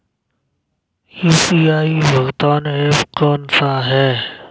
UPI भुगतान app कौन सा है?